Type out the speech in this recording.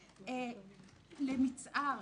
למצער,